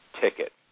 ticket